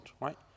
right